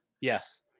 yes